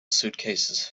suitcases